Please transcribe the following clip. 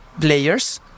players